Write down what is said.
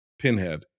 Pinhead